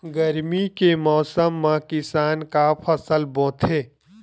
गरमी के मौसम मा किसान का फसल बोथे?